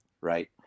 right